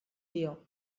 dio